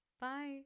Bye